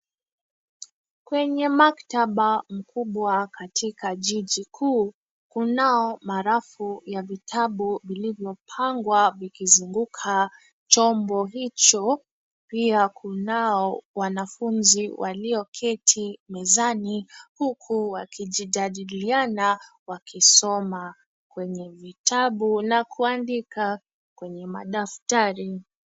Kwenye maktaba kubwa katika jiji kuu. Kunao marafu ya vitabu vilivyopangwa vikizunguka chombo hicho pia kunao wanafunzi walioketi mezani huku wakijijadiliana wakisoma kwenye vitabu na kuandika kwenye daftari.